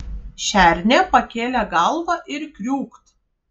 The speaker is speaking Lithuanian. šernė pakėlė galvą ir kriūkt